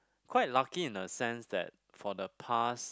quite lucky in a sense that for the past